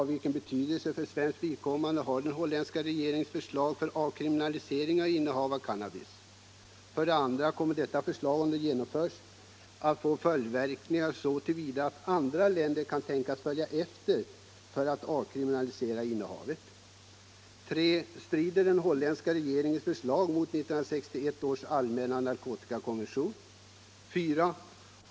Vilken betydelse för svenskt vidkommande har den holländska regeringens förslag om avkriminalisering av innehav av cannabis? 2. Kommer detta förslag — om det genomförs — att få följdverkningar så till vida att andra länder kan tänkas följa efter för att avkriminalisera innehav av cannabis? 3. Strider den holländska regeringens förslag mot 1961 års allmänna narkotikakonvention? 4.